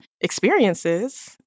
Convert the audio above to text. experiences